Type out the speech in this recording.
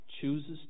chooses